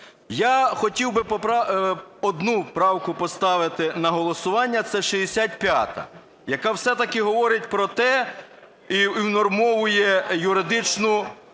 Я хотів би одну правку поставити на голосування, це 65-а, яка все-таки говорить про те і унормовує юридичну